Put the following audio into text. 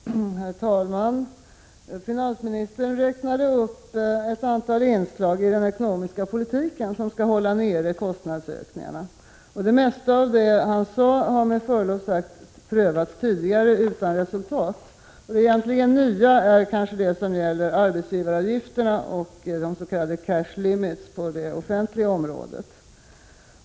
Herr talman! Finansministern räknade upp ett antal inslag i den ekonomiska politiken som skall hålla nere kostnadsökningarna. Det mesta av det han nämnde har med förlov sagt prövats tidigare utan resultat. Det nya är det som gäller arbetsgivaravgifterna och s.k. cash limits på det offentliga området.